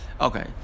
Okay